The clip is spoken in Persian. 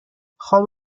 خواب